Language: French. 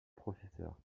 professeurs